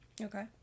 okay